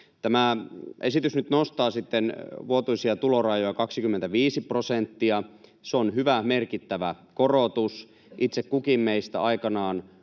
Tämä esitys nyt sitten nostaa vuotuisia tulorajoja 25 prosenttia. Se on hyvä, merkittävä korotus. Itse kukin meistä aikanaan